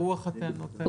ברוח הטענות האלה.